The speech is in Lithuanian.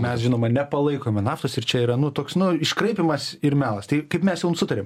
mes žinoma nepalaikome naftos ir čia yra nu toks nu iškraipymas ir melas tai kaip mes jaum sutarėm